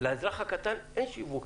לאזרח הקטן אין שיווק.